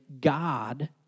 God